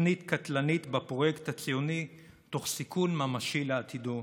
כתפנית קטלנית בפרויקט הציוני תוך סיכון ממשי לעתידו.